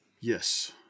Yes